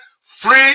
free